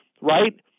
right